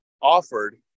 offered